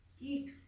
Eat